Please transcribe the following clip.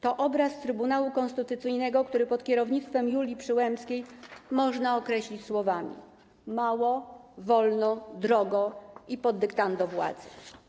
To obraz Trybunału Konstytucyjnego, który pod kierownictwem Julii Przyłębskiej można określić słowami: mało, wolno, drogo i pod dyktando władzy.